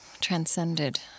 transcended